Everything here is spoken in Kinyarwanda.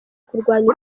kurwanya